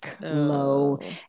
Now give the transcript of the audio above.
low